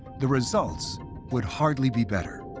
the results would hardly be better.